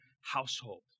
household